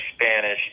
Spanish